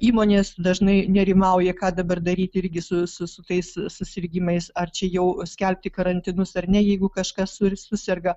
įmonės dažnai nerimauja ką dabar daryti irgi su su su tais susirgimais ar čia jau skelbti karantinus ar ne jeigu kažkas suri suserga